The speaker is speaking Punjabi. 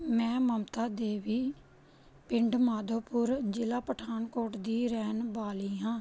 ਮੈਂ ਮਮਤਾ ਦੇਵੀ ਪਿੰਡ ਮਾਧੋਪੁਰ ਜ਼ਿਲ੍ਹਾ ਪਠਾਨਕੋਟ ਦੀ ਰਹਿਣ ਵਾਲੀ ਹਾਂ